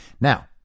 Now